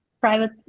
private